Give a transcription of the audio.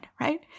right